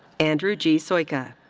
andrew g. soyka.